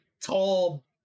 tall